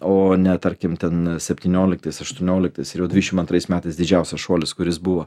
o ne tarkim ten septynioliktais aštuonioliktais ir jau dvidešimt antrais metais didžiausias šuolis kuris buvo